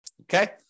okay